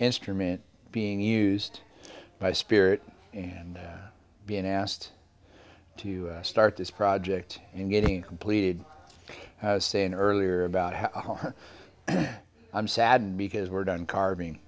instrument being used by spirit and being asked to start this project and getting completed i was saying earlier about how i'm saddened because we're done carving